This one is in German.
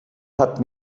hat